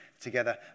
together